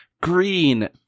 green